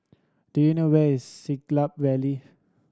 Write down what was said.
do you know where is Siglap Valley